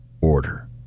order